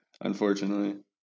unfortunately